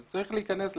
צריך להיכנס לאט-לאט.